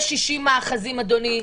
יש 60 מאחזים אדוני.